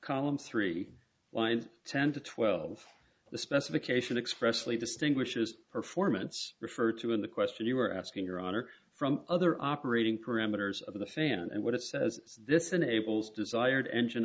columns three wind ten to twelve the specification expressly distinguishes performance referred to in the question you are asking your honor from other operating parameters of the fan and what it says this enables desired engine